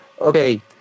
okay